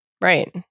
Right